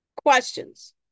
questions